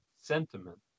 sentiment